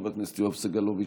חבר הכנסת יואב סגלוביץ'